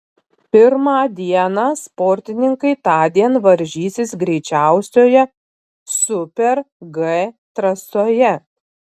pirmą dieną sportininkai tądien varžysis greičiausioje super g trasoje